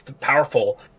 powerful